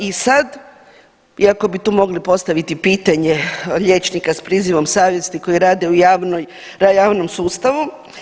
I sad, iako bi tu mogli postaviti pitanje liječnika s prizivom savjesti koji rade u javnom sustavu.